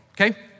okay